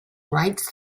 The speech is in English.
writes